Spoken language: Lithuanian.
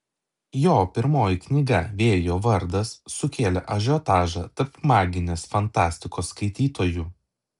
jo pirmoji knyga vėjo vardas sukėlė ažiotažą tarp maginės fantastikos skaitytojų